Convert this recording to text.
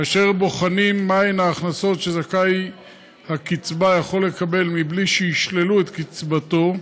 כאשר בוחנים מהן ההכנסות שזכאי הקצבה יכול לקבל מבלי שיישללו את קצבתו,